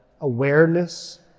awareness